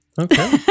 Okay